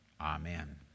Amen